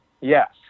Yes